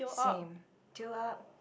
same tail up